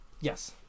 Yes